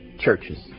churches